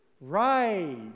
right